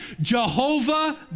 Jehovah